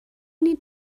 need